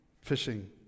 fishing